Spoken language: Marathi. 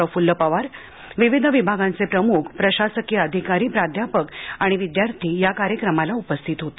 प्रफ्ल्ल पवार विविध विभागांचे प्रम्ख प्रशासकीय अधिकारी प्राध्यापक आणि विद्यार्थी कार्यक्रमाला उपस्थित होते